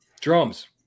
Drums